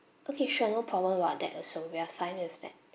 okay sure no problem [what] that also we're fine with that